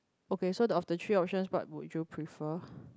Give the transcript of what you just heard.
okay so the of the three options what would you prefer